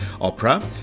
Opera